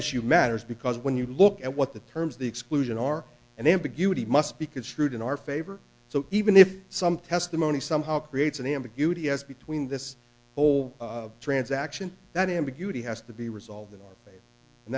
issue matters because when you look at what the terms of the exclusion are and the ambiguity must be construed in our favor so even if some testimony somehow creates an ambiguity as between this whole transaction that ambiguity has to be resolved and